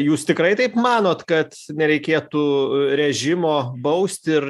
jūs tikrai taip manot kad nereikėtų režimo bausti ir